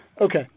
Okay